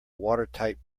watertight